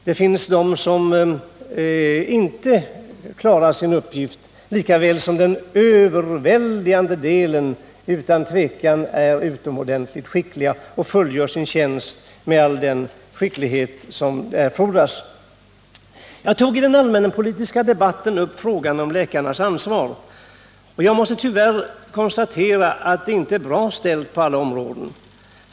Det finns sådana som inte klarar av sina uppgifter, även om den överväldigande delen utan tvivel är utomordentligt kompetenta och fullgör sina uppgifter med all den skicklighet som erfordras. Jag tog i den allmänpolitiska debatten upp frågan om läkarnas ansvar. Jag måste tyvärr än en gång konstatera att det inte är bra ställt på alla områden.